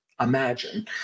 Imagine